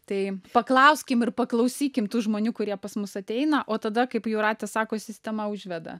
tai paklauskim ir paklausykim tų žmonių kurie pas mus ateina o tada kaip jūratė sako sistema užveda